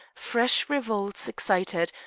fresh revolts excited,